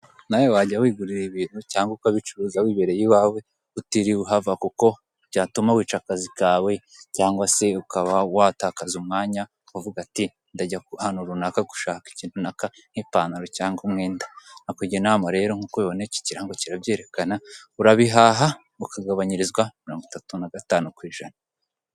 Nawe wajya wigurira ibintu cyangwa ukabicuruza wibereye iwawe utiriwe uhava kuko byatuma wica akazi kawe cyangwa se ukaba watakaza umwanya ukavuga ati: "Ndajya ahantu runaka gushaka ikintu naka nk'ipantaro cyangwa umwenda", nakugira inama rero nk'uko ubibona iki kirango kirabyerekana, urabihaha ukagabanyirizwa mirongo itatu na gatanu ku ijana.